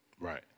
Right